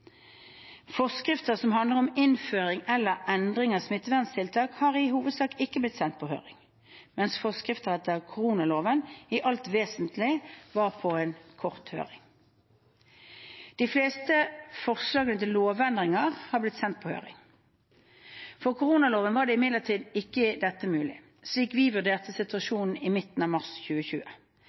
Forskrifter som handler om innføring eller endringer av smitteverntiltak, har i hovedsak ikke blitt sendt på høring, mens forskriftene etter koronaloven i det alt vesentlige var på en kort høring. De fleste forslag til lovendringer har blitt sendt på høring. For koronaloven var imidlertid ikke dette mulig slik vi vurderte situasjonen midt i mars 2020,